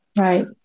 Right